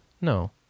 No